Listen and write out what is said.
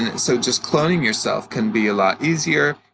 and so just cloning yourself can be a lot easier,